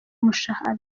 umushahara